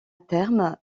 terme